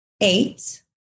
eight